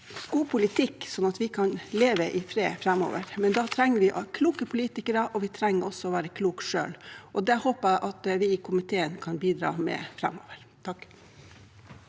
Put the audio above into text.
god politikk, og sånn at vi kan leve i fred framover. Da trenger vi kloke politikere, og vi trenger også å være kloke selv. Det håper jeg at vi i komiteen kan bidra til framover.